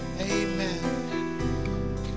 Amen